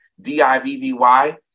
D-I-V-V-Y